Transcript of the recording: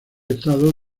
estado